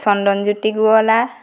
Chandan Jyoti Gowala